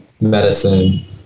medicine